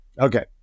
Okay